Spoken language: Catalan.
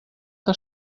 que